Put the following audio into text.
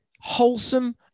Wholesome